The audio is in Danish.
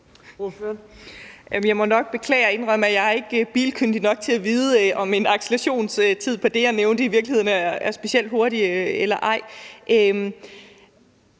beklage og indrømme, at jeg ikke er bilkyndig nok til at vide, om en accelerationstid som den, jeg nævnte, i virkeligheden er specielt hurtig eller ej.